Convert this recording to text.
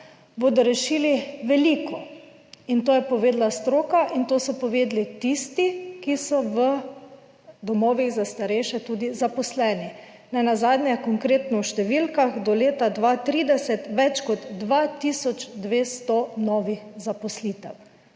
bodo rešili veliko in to je povedala stroka in to so povedali tisti, ki so v domovih za starejše tudi zaposleni. Nenazadnje konkretno v številkah, do leta 2030 več kot 2 tisoč 200 novih zaposlitev,